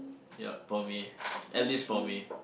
ya for me at least for me